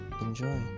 enjoy